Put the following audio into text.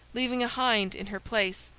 leaving a hind in her place,